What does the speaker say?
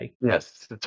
Yes